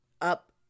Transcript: up